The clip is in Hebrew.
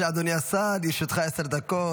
לרשותך עשר דקות.